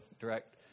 direct